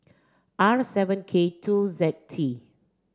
R seven K two Z T